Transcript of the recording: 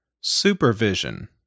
supervision